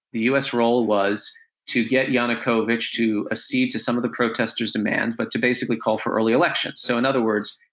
the us role was to get yanukovych to accede to some of the protesters demands, but to basically call for early elections. so in other words,